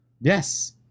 Yes